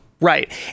Right